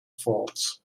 faults